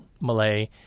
Malay